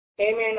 Amen